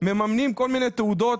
מממנים כל מיני תעודות,